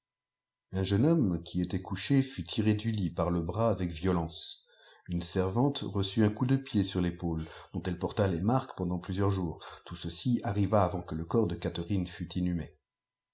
un jeune homme qui était couché fut tiré du lit par le bras avec violence une servante reçut un coup de pied sur l'épaule dont elle porta les marques pendant plusieurs jours tout ceci arriva avant que le corps dé catherine fût inhumé